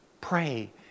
Pray